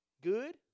good